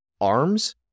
arms